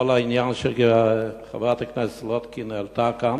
העניין שחברת הכנסת סולודקין העלתה כאן.